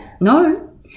No